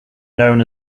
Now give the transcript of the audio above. known